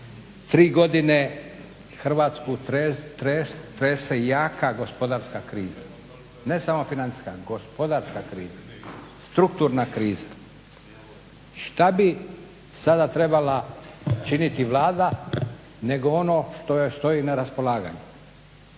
tri godine Hrvatsku trese jaka gospodarska kriza, ne samo financijska, gospodarska kriza, strukturna kriza. Šta bi sada trebala činiti Vlada nego ono što joj stoji na raspolaganju,